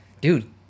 dude